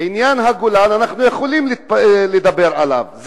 עניין הגולן, אנחנו יכולים לדבר עליו.